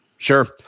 Sure